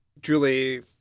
julie